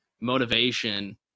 motivation